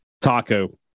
Taco